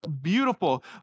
beautiful